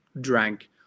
drank